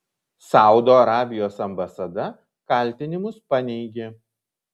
saudo arabijos ambasada kaltinimus paneigė